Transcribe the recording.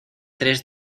tres